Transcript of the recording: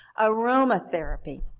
Aromatherapy